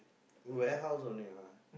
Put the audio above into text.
warehouse only what